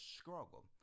struggle